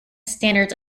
standards